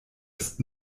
ist